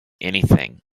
anything